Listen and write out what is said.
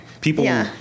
People